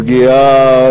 פגיעה,